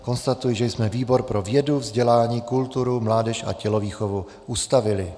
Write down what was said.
Konstatuji, že jsme výbor pro vědu, vzdělání, kulturu, mládež a tělovýchovu ustavili.